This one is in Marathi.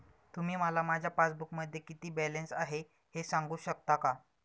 तुम्ही मला माझ्या पासबूकमध्ये किती बॅलन्स आहे हे सांगू शकता का?